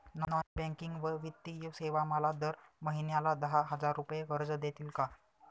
Non banking व वित्तीय सेवा मला दर महिन्याला दहा हजार रुपये कर्ज देतील का?